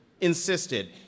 insisted